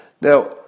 Now